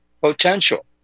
potential